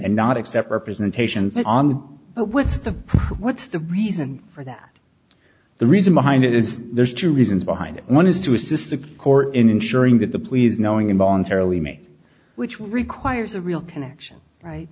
and not accept representations but what's the what's the reason for that the reason behind it is there's two reasons behind it one is to assist the court in ensuring that the pleas knowing involuntarily make which requires a real connection right